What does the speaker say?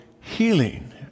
healing